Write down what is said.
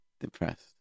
depressed